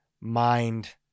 mind